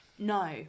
no